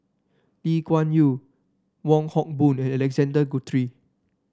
Lee Kuan Yew Wong Hock Boon and Alexander Guthrie